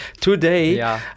today